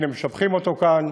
והנה, משבחים אותו כאן,